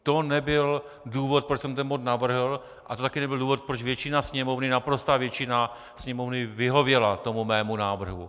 To nebyl důvod, proč jsem ten bod navrhl, a to taky nebyl důvod, proč většina Sněmovny, naprostá většina Sněmovny vyhověla tomu mému návrhu.